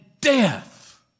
death